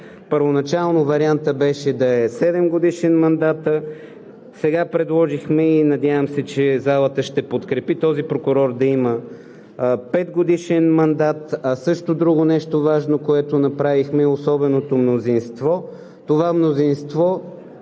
Първоначално вариантът беше да е 7-годишен мандатът, сега предложихме и надявам се, че залата ще подкрепи, този прокурор да има 5-годишен мандат. А също друго нещо важно, което направихме, е особеното мнозинство. Това мнозинство